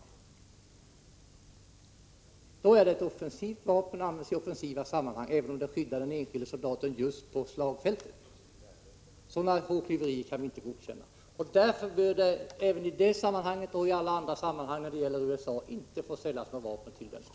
Om vapnet används i offensiva sammanhang är det ett offensivt vapen just då, även om det skyddar den enskilde soldaten på slagfältet. Hårklyverier kan vi inte godkänna. Och därför borde i alla sammanhang som avser USA gälla att vapen inte får säljas till det landet.